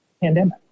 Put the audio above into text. pandemic